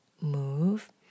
move